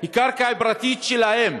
היא קרקע פרטית שלהם,